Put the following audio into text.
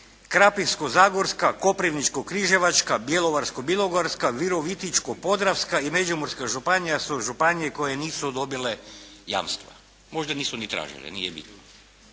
Krapinsko-zagorska, Koprivničko-križevačka, Bjelovarsko-bilogorska, Virovitičko-podravska i Međimurska županija su županije koje nisu dobile jamstva. Možda nisu ni tražile, nije bitno.